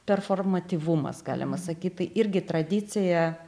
performatyvumas galima sakyt tai irgi tradicija